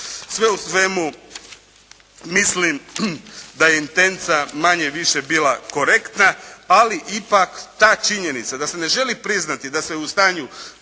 Sve u svemu mislim da je intenca manje-više bila korektna, ali ipak ta činjenica da se ne želi priznati da se je u stanju